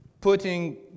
putting